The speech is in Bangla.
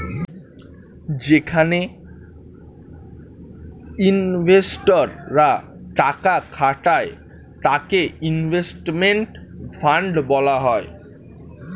যেখানে ইনভেস্টর রা টাকা খাটায় তাকে ইনভেস্টমেন্ট ফান্ড বলা হয়